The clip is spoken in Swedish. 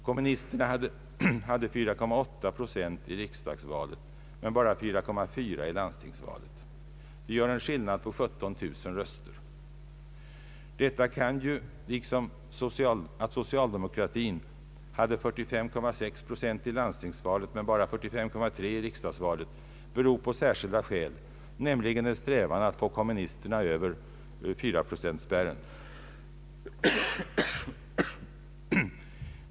Kommunisterna hade 4,8 procent av valmanskåren i riksdagsvalet men bara 4,4 i landstingsvalet. Det gör en skillnad på cirka 17000 röster. Detta kan ju — liksom att socialdemokratin hade 45,6 procent i landstingsvalet men bara 45,3 i riksdagsvalet — ha särskilda orsaker, nämligen en strävan att få kommunisterna över spärregelns 4 procent.